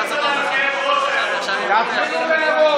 כאב ראש, תתחילו לארוז.